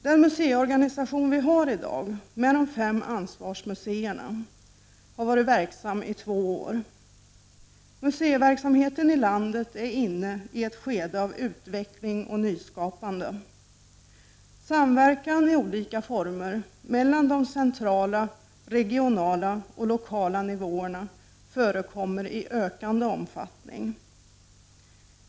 Den museiorganisation vi har i dag, med de fem ansvarsmuseerna, har varit verksam i två år. Museiverksamheten i landet är inne i ett skede av utveckling och nyskapande. Samverkan i olika former mellan de centrala, regionala och lokala nivåerna förekommer i ökande omfattning.